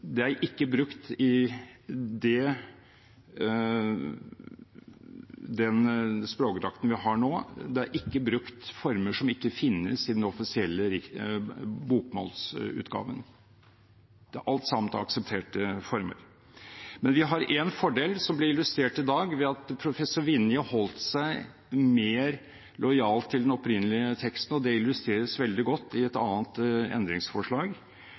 i den språkdrakten vi har nå, er det ikke brukt former som ikke finnes i offisielt bokmål. Alt sammen er aksepterte former. Men vi har en fordel, som blir illustrert i dag, ved at professor Vinje holdt seg mer lojalt til den opprinnelige teksten, og det illustreres veldig godt i et annet endringsforslag,